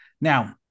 Now